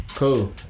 Cool